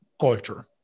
culture